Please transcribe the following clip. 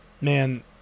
man